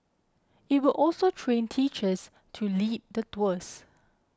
it will also train teachers to lead the tours